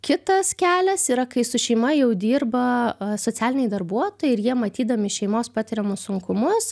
kitas kelias yra kai su šeima jau dirba socialiniai darbuotojai ir jie matydami šeimos patiriamus sunkumus